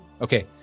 okay